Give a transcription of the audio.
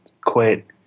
quit